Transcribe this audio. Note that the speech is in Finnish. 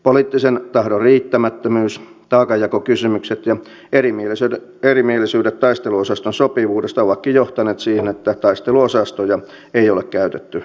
poliittisen tahdon riittämättömyys taakanjakokysymykset ja erimielisyydet taisteluosaston sopivuudesta ovatkin johtaneet siihen että taisteluosastoja ei ole käytetty kertaakaan